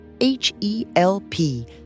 H-E-L-P